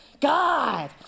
God